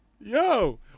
Yo